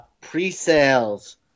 Pre-sales